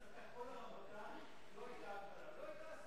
בכל הרמדאן לא היתה הגבלה.